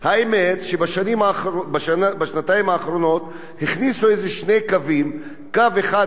שבשנתיים האחרונות הכניסו איזה שני קווים: קו אחד למשל מאום-אל-פחם